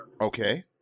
Okay